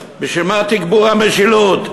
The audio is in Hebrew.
בשביל מה תגבור המשילות?